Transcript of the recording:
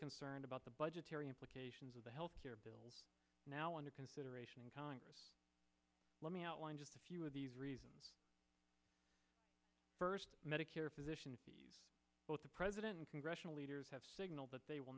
concerned about the budgetary implications of the health care bill now under consideration in congress let me outline just a few of the first medicare physicians both the president and congressional leaders have signaled that they will